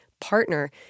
partner